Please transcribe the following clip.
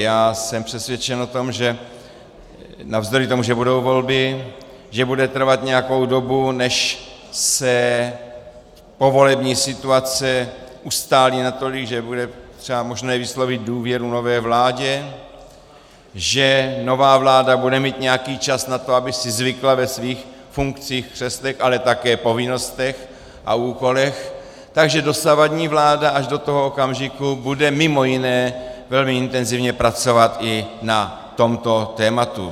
Já jsem přesvědčen o tom, že navzdory tomu, že budou volby, že bude trvat nějakou dobu, než se povolební situace ustálí natolik, že bude třeba možné vyslovit důvěru nové vládě, že nová vláda bude mít nějaký čas na to, aby si zvykla ve svých funkcích, v křeslech, ale také v povinnostech a úkolech, takže dosavadní vláda až do toho okamžiku bude mimo jiné velmi intenzivně pracovat na toto tématu.